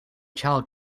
child